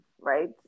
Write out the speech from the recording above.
right